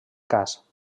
cas